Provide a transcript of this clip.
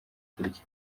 kurya